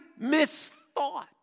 misthought